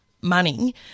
money